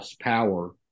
power